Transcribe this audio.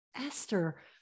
Esther